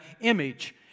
image